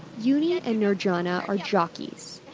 yuni and nurjana are jockeys,